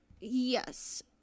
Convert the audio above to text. Yes